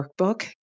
workbook